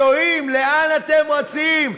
אלוהים, לאן אתם רצים?